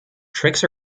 tricks